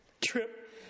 trip